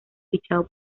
fichado